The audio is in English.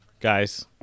Guys